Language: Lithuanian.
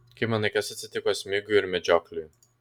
kaip manai kas atsitiko smigiui ir medžiokliui